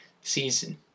season